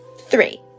Three